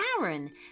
Aaron